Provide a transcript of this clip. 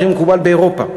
שמקובל באירופה.